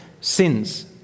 sins